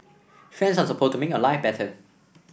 friends are supposed to make your life better